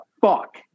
fuck